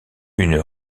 une